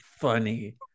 funny